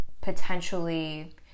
potentially